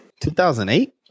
2008